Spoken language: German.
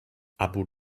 abu